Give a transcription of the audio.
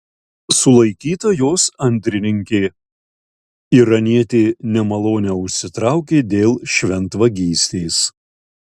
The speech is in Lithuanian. sulaikyta jos antrininkė iranietė nemalonę užsitraukė dėl šventvagystės